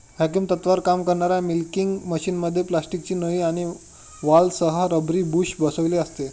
vacuum तत्त्वावर काम करणाऱ्या मिल्किंग मशिनमध्ये प्लास्टिकची नळी आणि व्हॉल्व्हसह रबरी बुश बसविलेले असते